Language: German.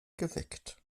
geweckt